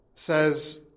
Says